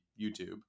youtube